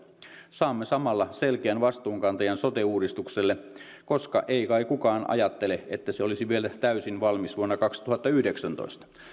saamme samalla selkeän vastuunkantajan sote uudistukselle koska ei kai kukaan ajattele että se olisi vielä täysin valmis vuonna kaksituhattayhdeksäntoista